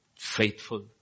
Faithful